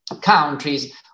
countries